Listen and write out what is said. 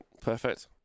perfect